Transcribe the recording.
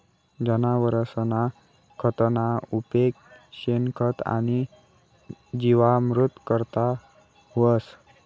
जनावरसना खतना उपेग शेणखत आणि जीवामृत करता व्हस